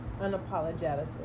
unapologetically